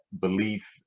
belief